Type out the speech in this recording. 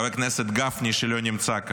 חבר הכנסת גפני, שלא נמצא כאן.